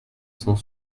cent